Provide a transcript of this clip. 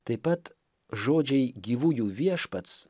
taip pat žodžiai gyvųjų viešpats